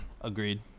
agreed